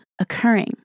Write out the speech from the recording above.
occurring